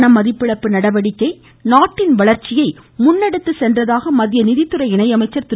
பணமதிப்பிழப்பு நடவடிக்கை நாட்டின் வளர்ச்சியை முன்னெடுத்து சென்றதாக மத்திய நிதித்துறை இணையமைச்சர் திரு